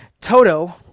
Toto